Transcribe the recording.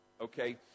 okay